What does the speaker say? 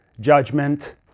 judgment